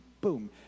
boom